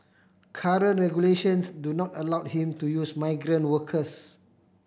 current regulations do not allow him to use migrant workers